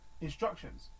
instructions